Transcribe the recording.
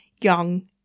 young